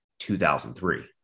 2003